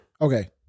Okay